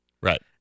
right